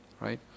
Right